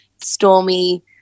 stormy